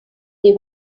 they